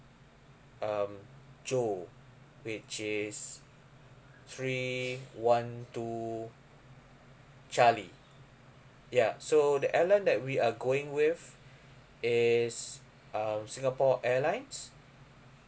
um joe which is three one two charlie ya so the airline that we are going with is uh singapore airlines